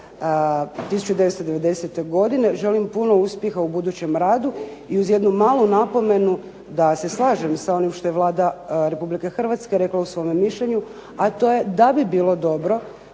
1990. godine, želim puno uspjeha u budućem radu i uz jednu malu napomenu da se slažem sa onim što je Vlada Republike Hrvatske rekla u svome mišljenju, a to je da bi bilo dobro